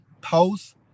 post